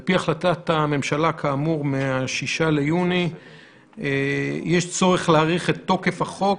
על פי החלטת הממשלה כאמור מה-6 ביוני יש צורך להאריך את תוקף החוק,